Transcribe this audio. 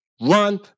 run